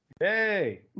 Hey